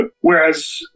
Whereas